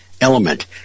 element